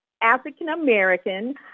African-American